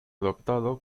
adoptado